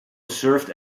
served